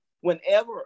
whenever